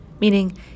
meaning